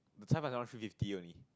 the Cai Fan that one three fifty only